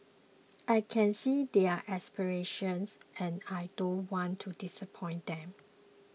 I can see their aspirations and I don't want to disappoint them